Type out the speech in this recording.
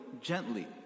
gently